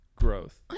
growth